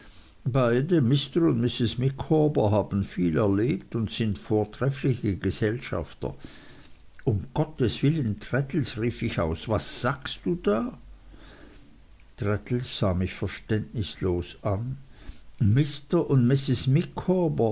beide mr und mrs micawber haben viel erlebt und sind vortreffliche gesellschafter um gottes willen traddles rief ich aus was sagst du da traddles sah mich verständnislos an mr und